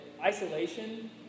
isolation